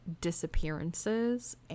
disappearances